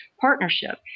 partnership